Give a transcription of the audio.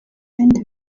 ibindi